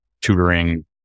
tutoring